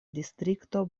distrikto